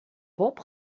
bob